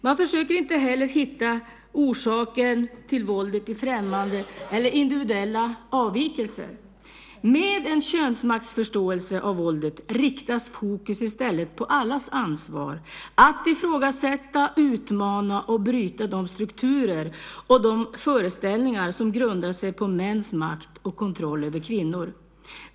Man försöker inte hitta orsaker till våldet i främmande eller individuella avvikelser. Med en könsmaktsförståelse av våldet riktas fokus i stället på allas ansvar att ifrågasätta, utmana och bryta de strukturer och de föreställningar som grundar sig på mäns makt och kontroll över kvinnor.